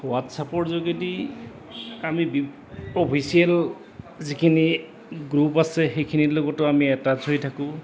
হোৱাটছআপৰ যোগেদি আমি অফিচিয়েল যিখিনি গ্ৰুপ আছে সেইখিনিৰ লগতো আমি এটাচ হৈ থাকোঁ